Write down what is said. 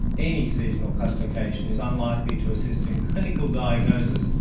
any seasonal classification is unlikely to assist in clinical diagnosis,